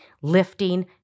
lifting